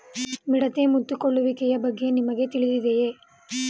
ಮಿಡತೆ ಮುತ್ತಿಕೊಳ್ಳುವಿಕೆಯ ಬಗ್ಗೆ ನಿಮಗೆ ತಿಳಿದಿದೆಯೇ?